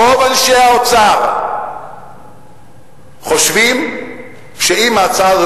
רוב אנשי האוצר חושבים שאם ההצעה הזאת